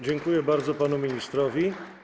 Dziękuję bardzo panu ministrowi.